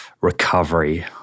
recovery